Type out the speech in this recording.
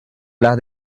las